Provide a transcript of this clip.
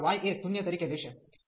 તેથી આ y એ 0 તરીકે લેશે